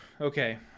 okay